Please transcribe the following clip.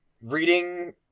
reading